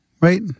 right